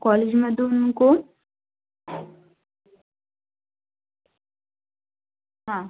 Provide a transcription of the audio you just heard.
कॉलेजमधून कोण हां